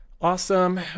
Awesome